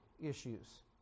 issues